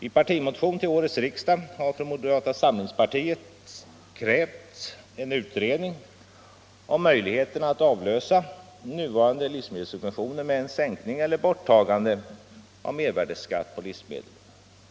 I partimotion till årets riksdag har från moderata samlingspartiet krävts en utredning av möjligheterna att avlösa nuvarande livsmedelssubventioner med en sänkning eller borttagande av mervärdeskatten på livsmedel.